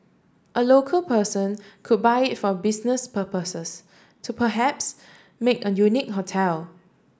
a local person could buy it for business purposes to perhaps make a unique hotel